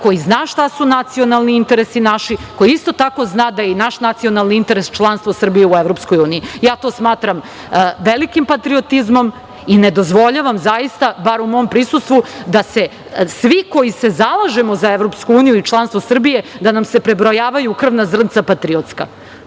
koji zna šta su nacionalni interesi naši, koji isto tako zna da je i naš nacionalni interes članstvo Srbije u EU. Ja to smatram velikim patriotizmom i ne dozvoljavam, zaista, bar u mom prisustvu da se svi koji se zalažemo za EU i članstvo Srbije da nam se prebrojavaju krvna zrnca patriotska.